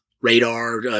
Radar